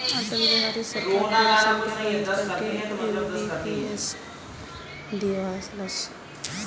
अटल बिहारी के सरकार पेंशन के बंद करके एन.पी.एस के लिअवलस